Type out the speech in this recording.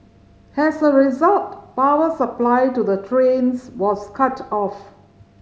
as a result power supply to the trains was cut off